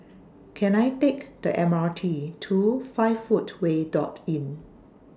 Can I Take The M R T to five Footway Dot Inn